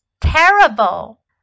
terrible